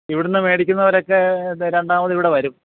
ഇവിടെ നിൻ മേടിടുക്കുന്നവരൊക്കെ രണ്ടാമത് ഇവിടെ വരും